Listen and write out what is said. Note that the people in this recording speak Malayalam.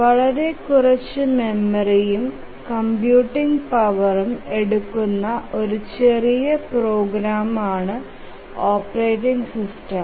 വളരെ കുറച്ച് മെമ്മറിയും കമ്പ്യൂട്ടിംഗ് പവറും എടുക്കുന്ന ഒരു ചെറിയ പ്രോഗ്രാമാണ് ഓപ്പറേറ്റിംഗ് സിസ്റ്റം